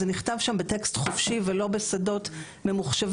זה נכתב שם בטקסט חופשי ולא בשדות ממוחשבים,